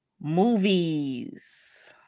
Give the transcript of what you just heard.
movies